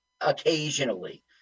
occasionally